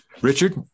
Richard